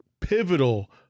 pivotal